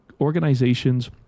organizations